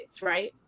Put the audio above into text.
right